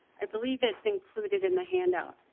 i believe it's included in the handout.